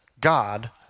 God